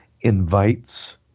invites